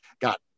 got